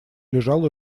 лежал